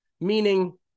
Meaning